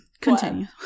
continue